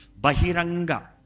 bahiranga